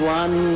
one